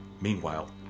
Meanwhile